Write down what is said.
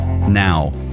Now